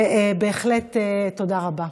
ובהחלט תודה רבה.